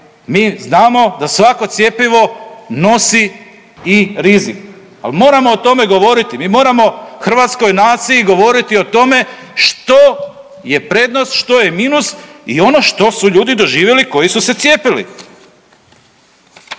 mi znamo da svako cjepivo nosi i rizik, al moramo o tome govoriti, mi moramo hrvatskoj naciji govoriti o tome što je prednost, što je minus i ono što su ljudi doživjeli koji su se cijepili.